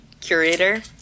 curator